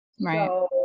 Right